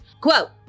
Quote